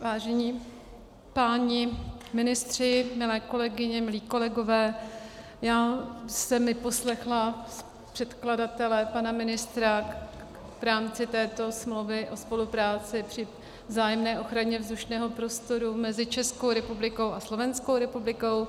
Vážení páni ministři, milé kolegyně, milí kolegové, já jsem vyposlechla předkladatele, pana ministra, v rámci této smlouvy o spolupráci při vzájemné ochraně vzdušného prostoru mezi Českou republikou a Slovenskou republikou.